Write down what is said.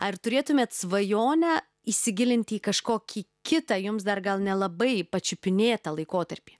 ar turėtumėt svajonę įsigilinti į kažkokį kitą jums dar gal nelabai pačiupinėtą laikotarpį